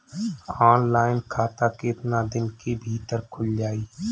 Online खाता केतना दिन के भीतर ख़ुल जाई?